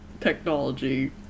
technology